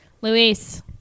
Luis